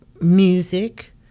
music